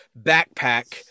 backpack